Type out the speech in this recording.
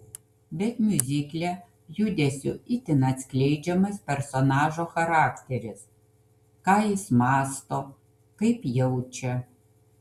bet miuzikle judesiu itin atskleidžiamas personažo charakteris ką jis mąsto kaip jaučia